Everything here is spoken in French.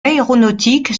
aéronautique